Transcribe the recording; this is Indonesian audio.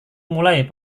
mulai